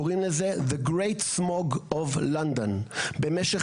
קוראים לזה The Great Smog of London (הערפיח הגדול) במשך